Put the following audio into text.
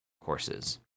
courses